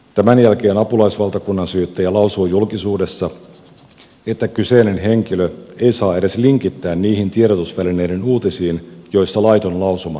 tämän jälkeen apulaisvaltakunnansyyttäjä lausuu julkisuudessa että kyseinen henkilö ei saa edes linkittää niihin tiedotusvälineiden uutisiin joissa laiton lausuma on julkaistu